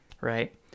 right